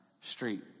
street